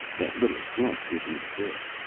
that little slump did me good.